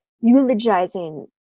eulogizing